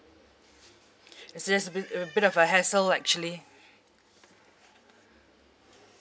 is there's been a bit of a hassle actually